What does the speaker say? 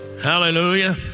Hallelujah